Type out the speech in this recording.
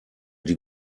die